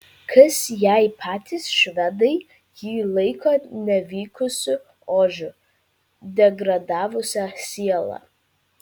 kas jei patys švedai jį laiko nevykusiu ožiu degradavusia siela